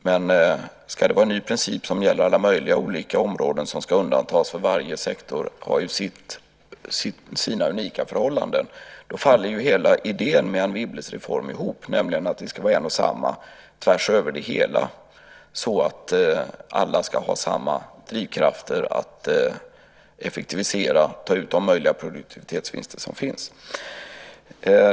Men ska en ny princip gälla för alla möjliga olika områden som ska undantas, för varje sektor har ju sina unika förhållanden, då faller ju hela idén med Anne Wibbles reform ihop, nämligen att det ska vara en och samma princip tvärs över så att alla ska ha samma drivkrafter att effektivisera och ta ut de produktivitetsvinster som finns.